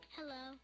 Hello